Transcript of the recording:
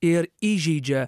ir įžeidžia